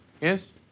yes